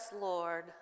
Lord